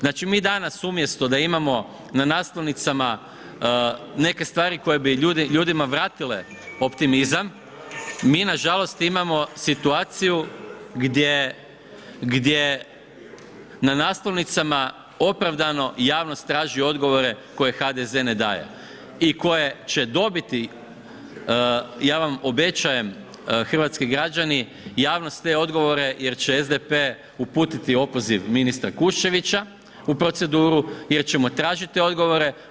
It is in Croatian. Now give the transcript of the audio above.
Znači mi danas umjesto da imamo na naslovnicama neke stvari koje bi ljudima vratile optimizam, mi nažalost imamo situaciju gdje, gdje na naslovnicama opravdano javnost traži odgovore koje HDZ ne daje i koje će dobiti, ja vam obećajem hrvatski građani, javnost te odgovore jer će SDP uputiti opoziv ministra Kuščevića u proceduru, jer ćemo tražiti odgovore.